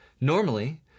Normally